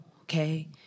Okay